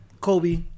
Kobe